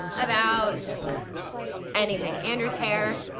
about anything. andrew's hair.